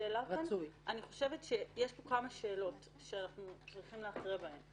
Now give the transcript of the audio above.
אני חושבת שיש פה כמה שאלות שאנחנו צריכים להכריע בהן.